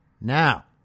Now